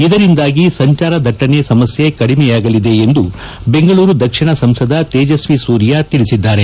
ಇದರಿಂದಾಗಿ ಸಂಚಾರ ದಟ್ಷಣೆ ಸಮಸ್ಥೆ ಕಡಿಮೆಯಾಗಲಿದೆ ಎಂದು ಬೆಂಗಳೂರು ದಕ್ಷಿಣ ಸಂಸದ ತೇಜಸ್ತಿ ಸೂರ್ಯ ತಿಳಿಸಿದ್ದಾರೆ